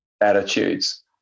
attitudes